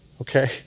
okay